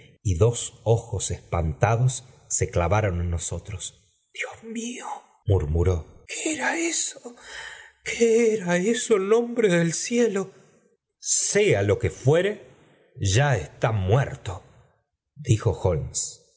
y dos ojos espantados se clavaron en nosotros dios mío murmuró qué era eso qué era eso en nombre del cielo sea lo que fuere ya está muerto dijo